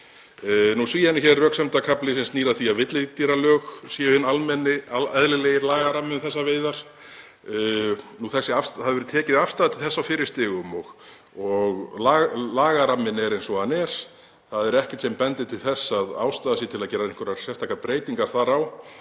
Síðan er röksemdakafli sem snýr að því að villidýralög séu hinn almenni eðlilegi lagarammi um þessar veiðar. Það hefur verið tekin afstaða til þessa á fyrri stigum og lagaramminn er eins og hann er og það er ekkert sem bendir til þess að ástæða sé til að gera einhverjar sérstakar breytingar þar á